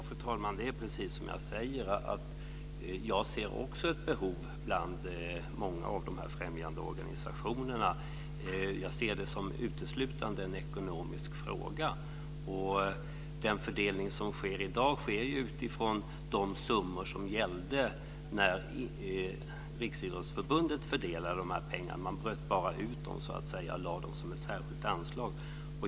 Fru talman! Det är precis som jag säger: Jag ser också ett behov hos många av de här främjandeorganisationerna. Jag ser det som uteslutande en ekonomisk fråga. Den fördelning som sker i dag sker ju utifrån de summor som gällde när Riksidrottsförbundet fördelade dessa pengar. Man bröt bara ut dem, så att säga, och lade dem som ett särskilt anslag.